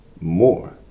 more